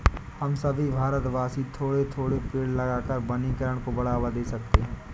हम सभी भारतवासी थोड़े थोड़े पेड़ लगाकर वनीकरण को बढ़ावा दे सकते हैं